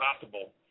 possible